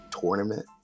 tournament